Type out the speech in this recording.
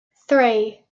three